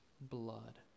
blood